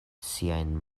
siajn